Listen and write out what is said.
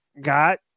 got